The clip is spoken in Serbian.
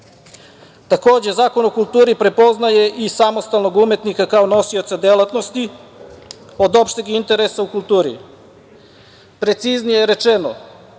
Zakon o kulturi prepoznaje i samostalnog umetnika kao nosioca delatnosti od opšteg interesa u kulturi. Preciznije rečeno,